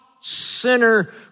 sinner